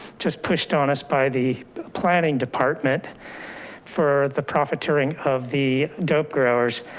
just pushed on us by the planning department for the profiteering of the dope growers.